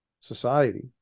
society